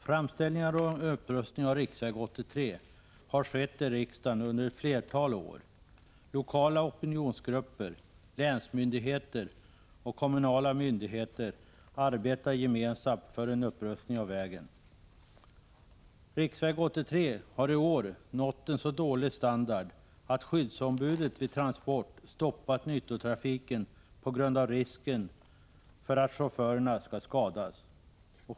Framställningar om upprustning av riksväg 83 har skett i riksdagen under ett flertal år. Lokala opinionsgrupper, länsmyndigheter och kommunala myndigheter arbetar gemensamt för en upprustning av vägen. Riksväg 83 har i år en så dålig standard att skyddsombudet vid Transportarbetareförbundet stoppat nyttotrafiken på grund av risken för att chaufförerna skall skadas.